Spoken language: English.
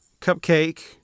Cupcake